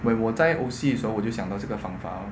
when 我在 O_C 的时候我就想到这个方法了 lor